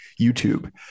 YouTube